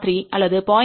03" அல்லது 0